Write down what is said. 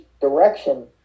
direction